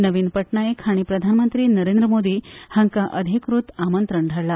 नवीन पटनायक हांणी प्रधानमंत्री नरेंद्र मोदी हांका अधिकृत आमंत्रण धाडला